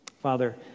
Father